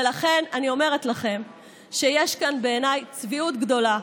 ולכן אני אומרת לכם שיש כאן בעיניי צביעות גדולה.